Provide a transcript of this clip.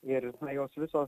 ir na jos visos